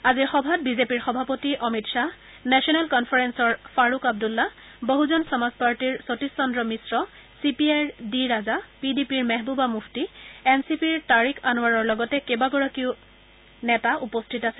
আজিৰ সভাত বিজেপিৰ সভাপতি অমিত খাহ নেশ্যনেল কনফাৰেন্সৰ ফাৰুক আব্দুল্লা বহুজন সমাজ পাৰ্টীৰ সতীশ চন্দ্ৰ মিশ্ৰ চি পি আইৰ ডি ৰাজা পি ডি পিৰ মেহবুবা মুফতি এন চি পিৰ তাৰিক আনোৱাৰৰ লগতে কেইবাগৰাকীও কেন্দ্ৰীয় নেতা উপস্থিত আছিল